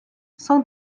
cent